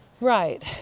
Right